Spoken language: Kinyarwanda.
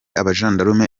abajandarume